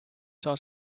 saa